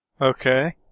okay